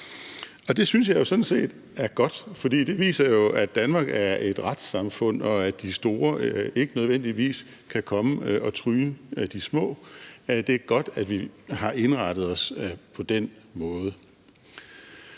jeg sådan set er godt, fordi det jo viser, at Danmark er et retssamfund, og at de store ikke nødvendigvis kan komme og tryne de små. Det er godt, at vi har indrettet os på den måde.